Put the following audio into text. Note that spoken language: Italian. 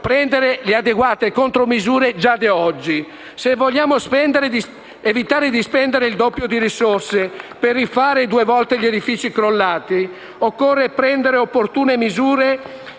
Se vogliamo evitare di spendere il doppio di risorse per rifare due volte gli edifici crollati, occorre prendere opportune misure